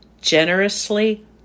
generously